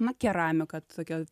na keramika tokia